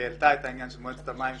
שהעלתה את העניין של מועצת המים,